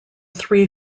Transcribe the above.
three